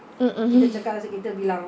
mm mm